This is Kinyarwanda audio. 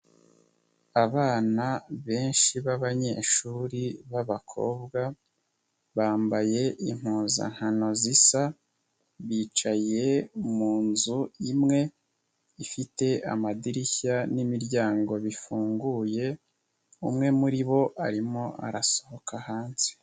Abana benshi b'abanyeshuri b'abakobwa, bambaye impuzankano zisa, bicaye mu nzu imwe, ifite amadirishya n'imiryango bifunguye, umwe muri bo arimo arasohoka hanze.